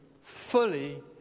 fully